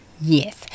Yes